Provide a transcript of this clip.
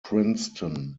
princeton